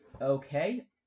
Okay